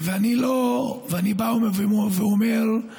ואני בא ואומר: